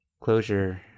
closure